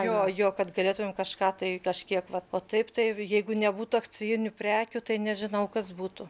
jo jo kad galėtumėm kažką tai kažkiek vat o taip tai jeigu nebūtų akcijinių prekių tai nežinau kas būtų